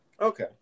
Okay